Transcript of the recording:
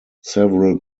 several